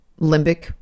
limbic